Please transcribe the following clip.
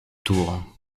tour